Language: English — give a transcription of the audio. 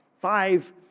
five